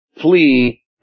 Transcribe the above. flee